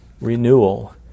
renewal